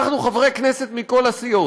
אנחנו, חברי כנסת מכל הסיעות,